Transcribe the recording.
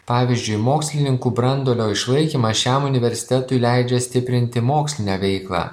pavyzdžiui mokslininkų branduolio išlaikymas šiam universitetui leidžia stiprinti mokslinę veiklą